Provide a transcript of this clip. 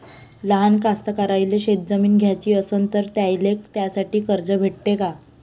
लहान कास्तकाराइले शेतजमीन घ्याची असन तर त्याईले त्यासाठी कर्ज भेटते का?